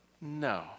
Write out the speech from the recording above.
No